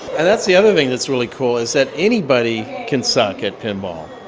and that's the other thing that's really cool is that anybody can suck at pinball.